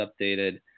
updated